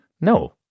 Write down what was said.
No